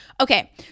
Okay